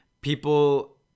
people